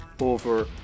over